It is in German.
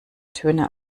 töne